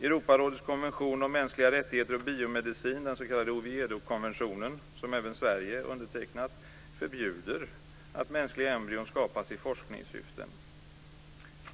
Europarådets konvention om mänskliga rättigheter och biomedicin - den s.k. Oviedokonventionen, som även Sverige undertecknat - förbjuder skapande av mänskliga embryon i forskningssyfte.